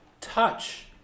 touch